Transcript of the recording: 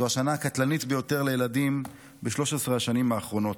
זאת השנה הקטלנית ביותר לילדים ב-13 השנים האחרונות.